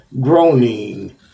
groaning